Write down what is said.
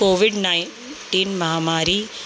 Covid nineteen महामारी